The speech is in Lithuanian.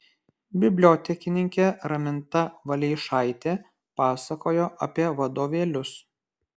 bibliotekininkė raminta valeišaitė pasakojo apie vadovėlius